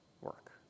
work